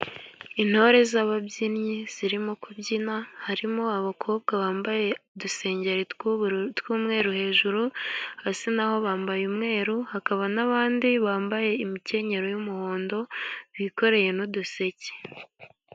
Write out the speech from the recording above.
Intore z'ababyinnyi zirimo kubyina, harimo abakobwa bambaye udusengeri tw'umweru hejuru, hasi naho bambaye umweru, hakaba n'abandi bambaye imikenyero y'umuhondo bikoreye n'uduseke.